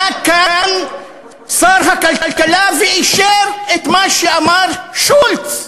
עלה כאן שר הכלכלה ואישר את מה שאמר שולץ.